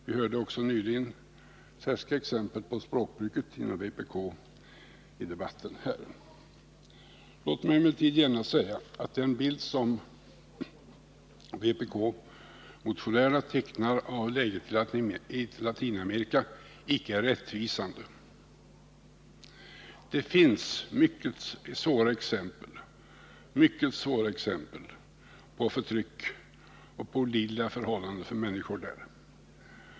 Vi fick också i debatten alldeles nyss färska exempel på språkbruket inom vpk. Låt mig genast säga att den bild som vpk-motionärerna tecknar av läget i Latinamerika icke är rättvisande. Det finns mycket svåra exempel på förtryck och på olidliga förhållanden för människor där.